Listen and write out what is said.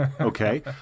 Okay